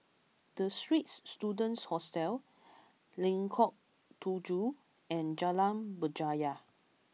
The Straits Students Hostel Lengkok Tujoh and Jalan Berjaya